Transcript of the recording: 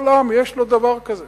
כל עם יש לו דבר כזה.